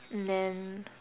then